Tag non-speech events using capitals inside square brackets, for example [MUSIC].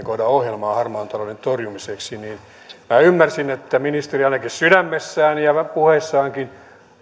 [UNINTELLIGIBLE] kohdan ohjelmaa harmaan talouden torjumiseksi minä ymmärsin että ministeri ainakin sydämessään ja puheissaankin